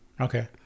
Okay